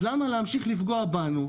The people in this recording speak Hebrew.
אז למה להמשיך לפגוע בנו,